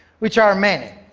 which are many.